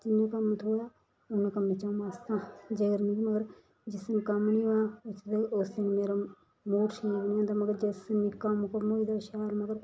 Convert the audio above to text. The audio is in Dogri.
जिन्ना कम्म होऐ उन्ने कम्मै च आ'ऊं मस्त आं जेकर मगर मिकी जिस दिन कम्म नी होऐ ओस दिन ओस दिन मेरा मूड ठीक नी होंदा मगर जिस दिन मिगी कम्म कुम्म होई गेदा शैल मगर